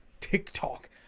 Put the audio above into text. TikTok